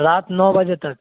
رات نو بجے تک